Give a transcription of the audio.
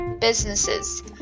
businesses